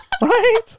Right